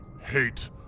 hate